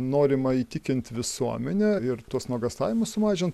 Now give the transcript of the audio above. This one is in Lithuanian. norima įtikint visuomenę ir tuos nuogąstavimus sumažin